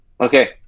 Okay